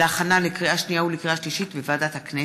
להכנה לקריאה שנייה ולקריאה שלישית בוועדת הכנסת.